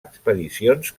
expedicions